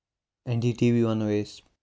N D T V وَنو أسۍ